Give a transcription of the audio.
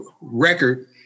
record